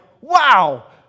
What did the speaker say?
wow